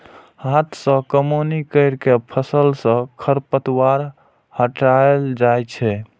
हाथ सं कमौनी कैर के फसल सं खरपतवार हटाएल जाए छै